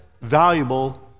valuable